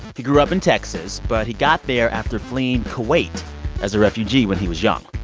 he grew up in texas, but he got there after fleeing kuwait as a refugee when he was young.